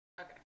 okay